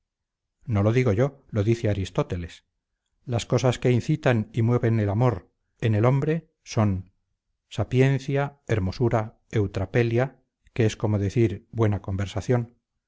no lo digo yo lo dice aristóteles las cosas que incitan y mueven el amor en el hombre son sapiencia hermosura eutrapelia que es como decir buena conversación